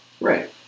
Right